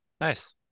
Nice